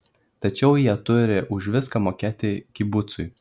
tačiau jie jau turi už viską mokėti kibucui